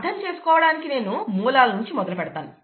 అర్థం చేసుకోవడానికి నేను మూలాల నుంచి మొదలుపెడతాను